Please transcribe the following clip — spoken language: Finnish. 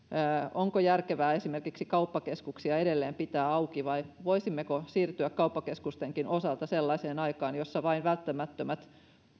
onko järkevää esimerkiksi kauppakeskuksia edelleen pitää auki vai voisimmeko siirtyä kauppakeskustenkin osalta sellaiseen aikaan jossa vain välttämättömät